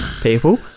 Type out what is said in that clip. people